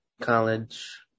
college